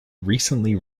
recently